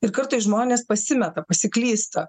ir kartais žmonės pasimeta pasiklysta